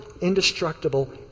indestructible